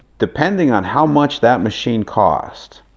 depending on how much that machine cost,